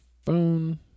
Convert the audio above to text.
phone